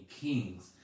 kings